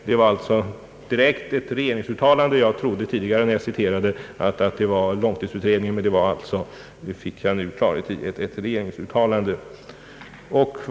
Detta var alltså ett regeringsuttalande och inte, som jag trodde tidigare, ett uttalande av långtidsutredningen.